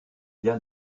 bien